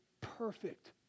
perfect